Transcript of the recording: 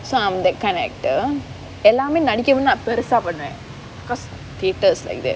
some that kind of actor எல்லாமே நடிக்கனுனு நான் பெருசா பண்ணுவேன்:ellaamae nadikkanunu naan perusaa pannuvaen because theatre is like that